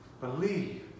Believe